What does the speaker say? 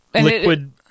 Liquid